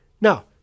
Now